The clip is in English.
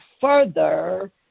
further